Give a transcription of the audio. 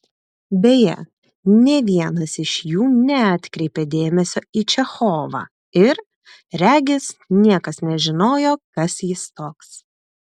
beje nė vienas iš jų neatkreipė dėmesio į čechovą ir regis niekas nežinojo kas jis toks